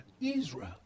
Israel